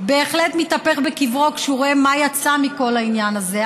בהחלט מתהפך בקברו כשהוא רואה מה יצא מכל העניין הזה.